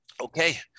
Okay